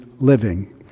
living